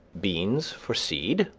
beans for seed.